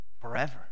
forever